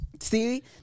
See